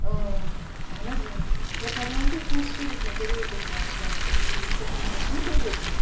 اۭں اہن حظ اۭں مےٚ تھٲیوٕ نا تۄہہِ پونٛسہٕ کٔرِتھ مےٚ کَریے تۄہہِ پونٛسہٕ ٹرٛانسفر تُھۍ وُچھو تِم ٲسوٕ نا تۄہہِ وٲتۍ مِتۍ